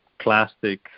plastic